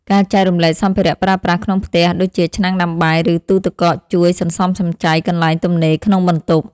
ការចែករំលែកសម្ភារៈប្រើប្រាស់ក្នុងផ្ទះដូចជាឆ្នាំងដាំបាយ ឬទូទឹកកកជួយសន្សំសំចៃកន្លែងទំនេរក្នុងបន្ទប់។